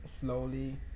slowly